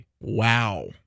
Wow